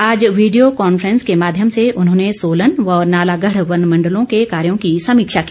आज video conference के माध्यम से उन्होंने सोलन व नालागढ़ वन मण्डलों के कार्यो की समीक्षा की